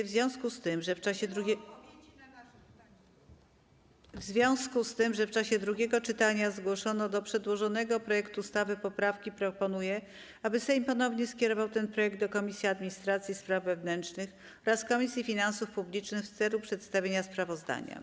W związku z tym, że w czasie drugiego czytania zgłoszono do przedłożonego projektu ustawy poprawki, proponuję, aby Sejm ponownie skierował ten projekt do Komisji Administracji i Spraw Wewnętrznych oraz Komisji Finansów Publicznych w celu przedstawienia sprawozdania.